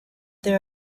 there